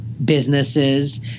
Businesses